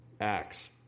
Acts